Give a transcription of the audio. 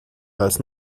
als